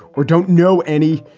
we don't know any.